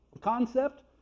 concept